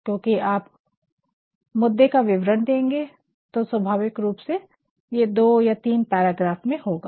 क्योकि आप मुद्दे का विवरण देंगे तो स्वाभाविक रूप से ये दो या तीन पैराग्राफ में होगा